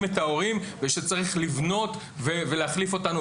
את ההורים ושצריך לבנות ולהחליף אותנו.